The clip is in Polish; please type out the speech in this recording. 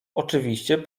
oczywiście